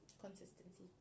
consistency